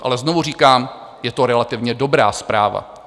Ale znovu říkám, je to relativně dobrá zpráva.